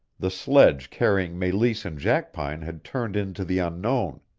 the sledge carrying meleese and jackpine had turned into the unknown.